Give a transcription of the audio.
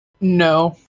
No